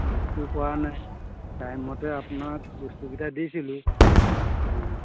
মিচটো কৰা নাই টাইমতে আপোনাক বস্তুকিটা দিছিলোঁ